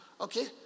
Okay